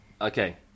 Okay